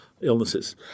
illnesses